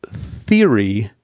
theory,